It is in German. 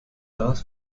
lars